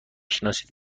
شناسید